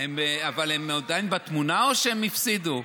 אבל הם עדיין בתמונה או שהם הפסידו?